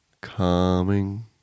Calming